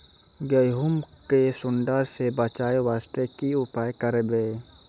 गहूम के सुंडा से बचाई वास्ते की उपाय करबै?